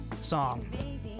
song